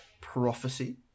prophecy